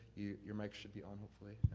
your mic should be on hopefully.